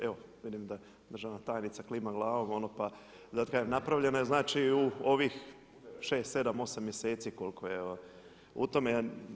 Evo vidim da državna tajnica klima glavom, ono pa, zato kažem napravljena je znači u ovih 6, 7, 8 mjeseci koliko je u tome.